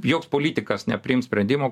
joks politikas nepriims sprendimo